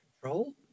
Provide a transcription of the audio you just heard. Control